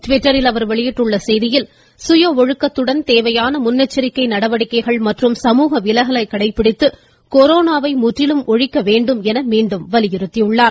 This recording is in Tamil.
ட்விட்டரில் அவர் வெளியிட்டுள்ள செய்தியில் சுய ஒழுக்கத்துடன் தேவையான முன்னெச்சரிக்கை நடவடிக்கைகள் மற்றும் சமூக விலகலை கடைப்பிடித்து கொரோனாவை முற்றிலும் ஒழிக்க வேண்டும் என மீண்டும் வலியுறுத்தியுள்ளார்